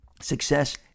success